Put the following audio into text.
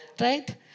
Right